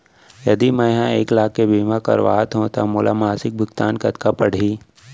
यदि मैं ह एक लाख के बीमा करवात हो त मोला मासिक भुगतान कतना पड़ही?